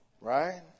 right